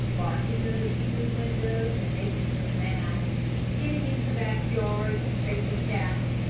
barking under people's windows and making them mad, and getting into back yards and chasing cats.